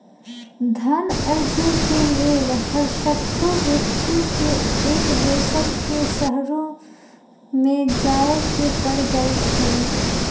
धन अरजे के लेल हरसठ्हो व्यक्ति के एक दोसर के शहरमें जाय के पर जाइ छइ